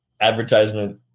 advertisement